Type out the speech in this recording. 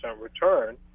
return